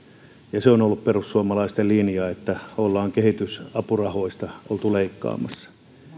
ja se on ollut perussuomalaisten linja että ollaan kehitysapurahoista oltu leikkaamassa